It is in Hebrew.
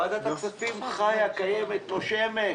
ועדת הכספים חיה, קיימת, נושמת.